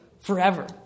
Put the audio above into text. forever